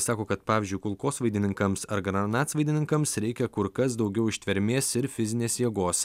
sako kad pavyzdžiui kulkosvaidininkams ar granatsvaidininkams reikia kur kas daugiau ištvermės ir fizinės jėgos